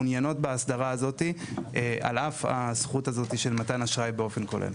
מעוניינות בהסדרה הזאתי על אף הזכות הזאת של מתן אשראי באופן כולל.